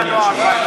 אדוני היושב-ראש.